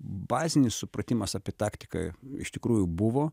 bazinis supratimas apie taktiką iš tikrųjų buvo